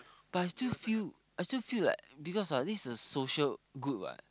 but I still feel I still feel like because ah this is a social good [what]